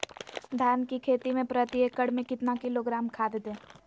धान की खेती में प्रति एकड़ में कितना किलोग्राम खाद दे?